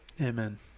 Amen